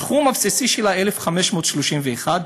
הסכום הבסיסי שלה, 1,531 שקלים.